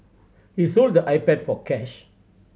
he sold the iPad for cash